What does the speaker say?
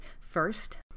first